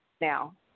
now